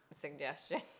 suggestion